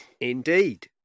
Indeed